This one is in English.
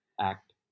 act